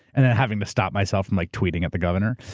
and then having to stop myself from like tweeting at the governor.